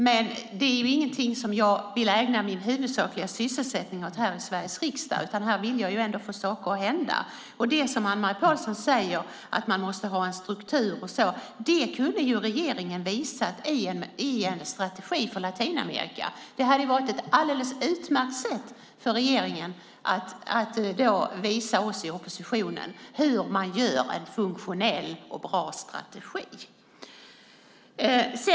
Men det är ingenting som jag vill ägna min huvudsakliga sysselsättning åt här i Sveriges riksdag, utan här vill jag få saker att hända. Anne-Marie Pålsson säger att man måste ha en struktur, och det kunde regeringen ha visat i en strategi för Latinamerika. Det hade varit ett alldeles utmärkt sätt för regeringen att visa oss i oppositionen hur man gör en funktionell och bra strategi.